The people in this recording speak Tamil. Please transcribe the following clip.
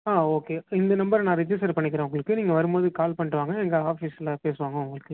ஆ ஓகே இந்த நம்பரை நான் ரெஜிஸ்டர் பண்ணிக்கிறேன் உங்களுக்கு நீங்கள் வரும்போது கால் பன்னிட்டு வாங்க இங்கே ஆஃபிஸில் பேசுவாங்க உங்களுக்கு